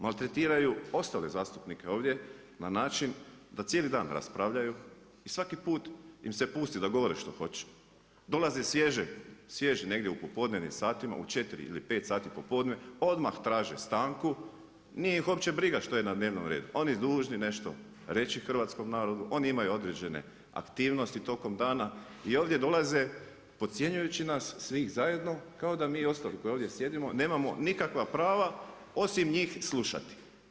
Maltretiraju ostale zastupnike ovdje, na način da cijeli dan raspravljaju i svaki put im se pusti da govore što hoće, dolaze svježi negdje u popodnevnim satima, u 4 ili 5 sati popodne, odmah traže stanku, nije ih uopće briga šta je na dnevnom redu, oni su dužni nešto reći hrvatskom narodu, oni imaju određene aktivnosti tokom dana i ovdje dolaze podcjenjujući nas svih zajedno kao da mi ostali koji ovdje sjedimo, nemamo nikakva prava osim njih slušati.